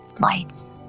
Lights